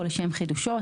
או לשם חידושו,